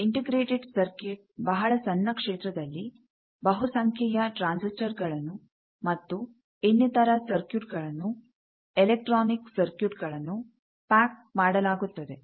integrated circuit ಬಹಳ ಸಣ್ಣ ಕ್ಷೇತ್ರದಲ್ಲಿ ಬಹುಸಂಖ್ಯೆಯ ಟ್ರಾನ್ಸಿಸ್ಟರ್ ಗಳನ್ನು ಮತ್ತು ಇನ್ನಿತರ ಸರ್ಕಿಟ್ ಗಳನ್ನು ಎಲೆಕ್ಟ್ರಾನಿಕ್ ಸರ್ಕಿಟ್ಗಳನ್ನು ಪ್ಯಾಕ್ ಮಾಡಲಾಗುತ್ತದೆ